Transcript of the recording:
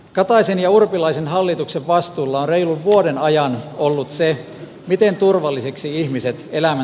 kataisen ja urpilaisen hallituksen vastuulla reilun vuoden ajan ollut se miten turvalliseksi ihmisen elämä